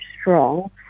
strong